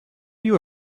you